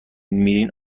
میرین